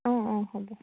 অঁ অঁ হ'ব